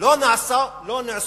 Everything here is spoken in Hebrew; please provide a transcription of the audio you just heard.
לא נעשו,